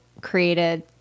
created